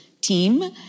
team